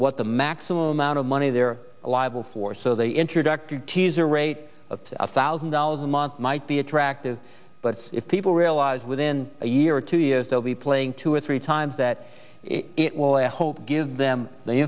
what the maximum amount of money they're liable for so the introductory teaser rate of two thousand dollars a month might be attractive but if people realize within a year or two years they'll be playing two or three times that it will i hope give them the